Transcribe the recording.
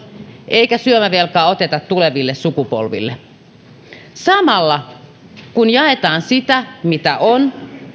eikä syömävelkaa oteta tuleville sukupolville samalla kun jaetaan sitä mitä on